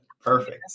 perfect